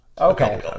okay